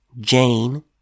Jane